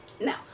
now